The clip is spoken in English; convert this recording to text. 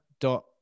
dot